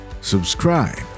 subscribe